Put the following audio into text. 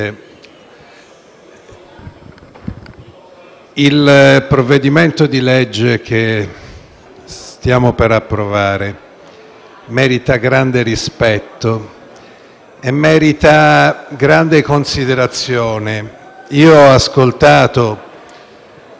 il provvedimento di legge che stiamo per approvare merita grande rispetto e considerazione. Ho ascoltato cose che